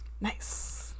nice